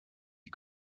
die